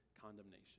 condemnation